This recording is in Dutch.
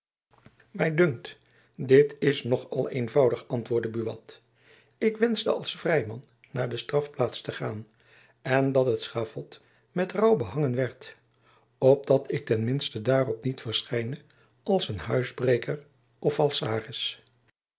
my dunkt dit is nog al eenvoudig antwoordde buat ik wenschte als vrij man naar de strafplaats te gaan en dat het schavot met rouw behangen werd op dat ik ten minste daarop niet verschijne als een huisbreker of